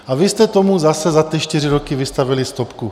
A vy jste tomu zase za ty čtyři roky vystavili stopku.